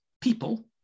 people